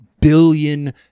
billion